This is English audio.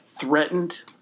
threatened